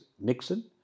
Nixon